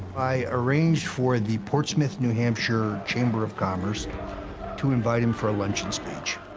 i arranged for the portsmouth, new hampshire, chamber of commerce to invite him for a luncheon speech.